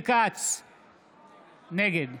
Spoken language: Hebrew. נגד